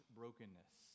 brokenness